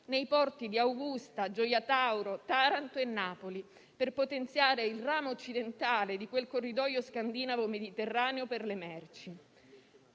nei porti di Augusta, Gioia Tauro, Taranto e Napoli, per potenziare il ramo occidentale di quel corridoio scandinavo-mediterraneo per le merci,